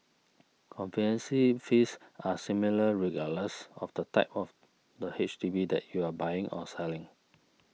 conveyance fees are similar regardless of the type of the H D B that you are buying or selling